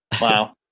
wow